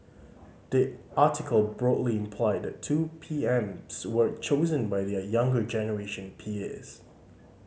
the article broadly implied the two P Ms were chosen by their younger generation peers